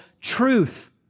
truth